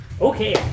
Okay